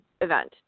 event